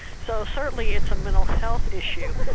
so certainly it's a mental health issue,